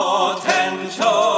Potential